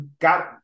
got